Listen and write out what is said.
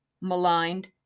maligned